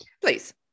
Please